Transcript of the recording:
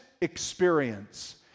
experience